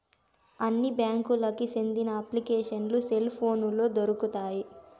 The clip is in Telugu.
అన్ని బ్యాంకులకి సెందిన అప్లికేషన్లు సెల్ పోనులో దొరుకుతాయి